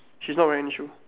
she's not wearing shoe